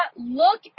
look